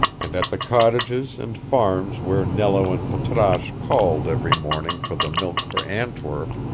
and at the cottages and farms where nello and patrasche called every morning for the milk for antwerp,